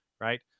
Right